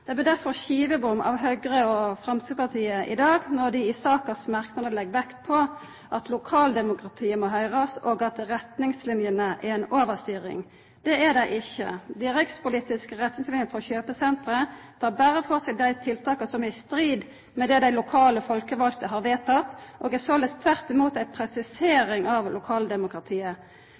dei i merknadene til saka legg vekt på at lokaldemokratiet må høyrast, og at retningslinene er ei overstyring. Det er dei ikkje. Dei rikspolitiske retningslinene for kjøpesenter tek berre for seg dei tiltaka som er i strid med det dei lokale folkevalde har vedteke, og er såleis tvert imot ei presisering av lokaldemokratiet.